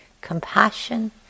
compassion